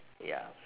ya